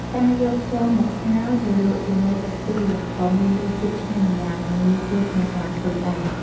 ការយកខ្យងមកស្ងោរ ជ្រលក់ជាមួយទឹកគ្រឿង ក៏មានរសជាតិឆ្ងាញ់ម្យ៉ាង និងងាយស្រួលក្នុងការធ្វើដែរ។